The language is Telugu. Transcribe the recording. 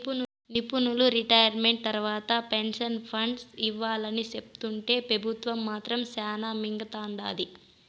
నిపునులు రిటైర్మెంట్ తర్వాత పెన్సన్ ఫండ్ ఇవ్వాలని సెప్తుంటే పెబుత్వం మాత్రం శానా మింగతండాది